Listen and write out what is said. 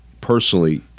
personally